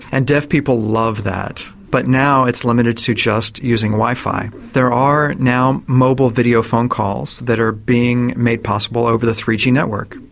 and deaf people love that. but now it's limited to just using wi-fi. there are now mobile video phone calls that are being made possible over the three g network,